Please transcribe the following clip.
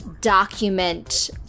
document